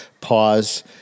pause